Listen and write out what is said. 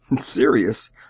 Serious